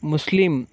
ముస్లిం